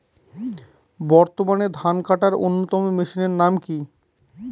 বর্তমানে ধান কাটার অন্যতম মেশিনের নাম কি?